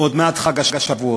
עוד מעט חג השבועות,